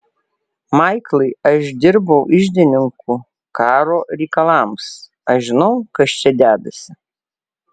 maiklai aš dirbau iždininku karo reikalams aš žinau kas čia dedasi